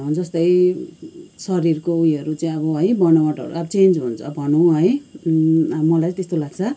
जस्तै शरीरको उयोहरू चाहिँ है अब बनावटहरू अब चेन्ज हुन्छ अब भनौँ है अब मलाई त्यस्तो लाग्छ